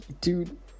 dude